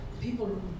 people